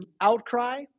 outcry